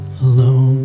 alone